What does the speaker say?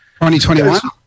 2021